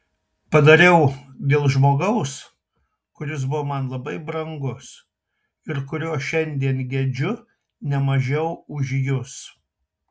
padariau dėl žmogaus kuris buvo man labai brangus ir kurio šiandien gedžiu ne mažiau už jus